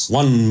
one